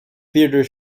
theatre